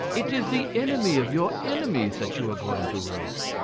it is the enemy of your enemies that you are going to roast.